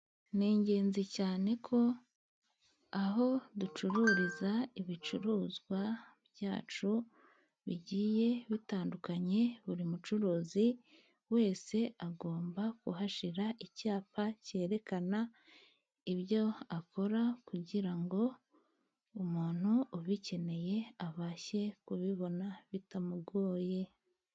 N'ingenzi cyane ko aho ducururiza ibicuruzwa byacu, bigiye bitandukanye, buri mucuruzi wese agomba kuhashyira icyapa cyerekana ibyo akora, kugira ngo umuntu ubikeneye abashe kubibona bitamugoye.